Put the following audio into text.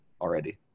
already